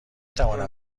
توانم